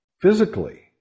physically